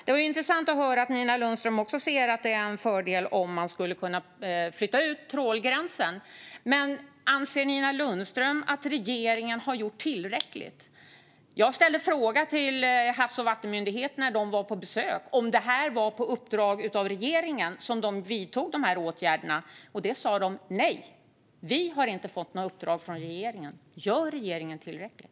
Det var intressant att höra att även Nina Lundström ser att det vore en fördel att kunna flytta ut trålgränsen. Anser Nina Lundström att regeringen har gjort tillräckligt? Jag ställde frågan till Havs och vattenmyndigheten när de var på besök om det var på uppdrag av regeringen som de vidtog de här åtgärderna. De sa nej - de hade inte fått något uppdrag från regeringen. Gör regeringen tillräckligt?